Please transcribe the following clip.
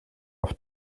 auf